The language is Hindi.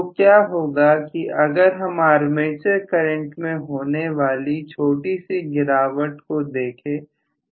तो क्या होगा कि अगर हम आर्मेचर करंट में होने वाली छोटी सी गिरावट को देखें